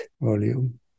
volume